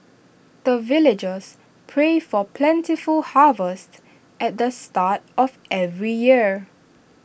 the villagers pray for plentiful harvest at the start of every year